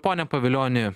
pone pavilioni